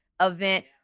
event